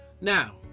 Now